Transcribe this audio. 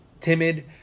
timid